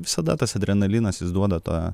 visada tas adrenalinas jis duoda tą